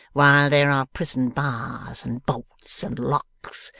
while there are prison bars, and bolts, and locks,